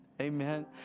amen